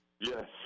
Yes